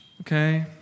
Okay